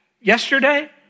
Yesterday